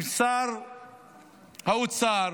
עם שר האוצר,